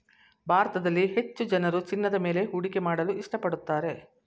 ಭಾರತದಲ್ಲಿ ಹೆಚ್ಚು ಜನರು ಚಿನ್ನದ ಮೇಲೆ ಹೂಡಿಕೆ ಮಾಡಲು ಇಷ್ಟಪಡುತ್ತಾರೆ